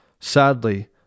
Sadly